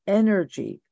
energy